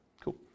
Cool